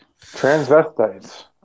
Transvestites